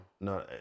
No